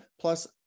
Plus